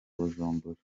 bujumbura